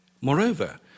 Moreover